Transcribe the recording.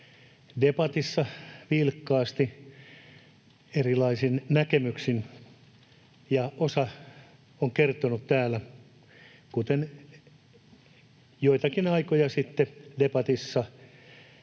debatissa vilkkaasti erilaisin näkemyksin, ja osa on moittinut täällä, kuten joitakin aikoja sitten debatissa